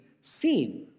seen